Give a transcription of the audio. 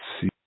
see